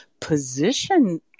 position